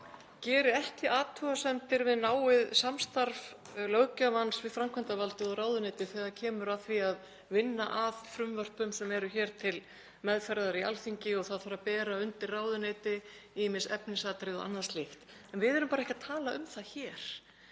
geri ekki athugasemdir við náið samstarf löggjafans við framkvæmdarvaldið og ráðuneyti þegar kemur að því að vinna að frumvörpum sem eru hér til meðferðar á Alþingi og það þarf að bera undir ráðuneyti ýmis efnisatriði og annað slíkt. En við erum ekki að tala um það hér.